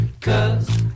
cause